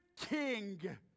king